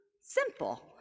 simple